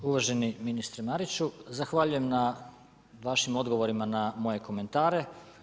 Uvaženi ministre Mariću, zahvaljujem na vašim odgovorima na moje komentare.